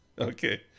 okay